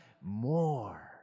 more